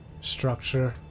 structure